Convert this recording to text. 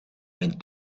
mijn